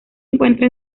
encuentra